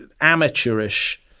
amateurish